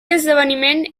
esdeveniment